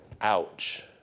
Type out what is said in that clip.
Ouch